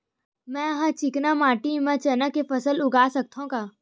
मै ह चिकना माटी म चना के फसल उगा सकथव का?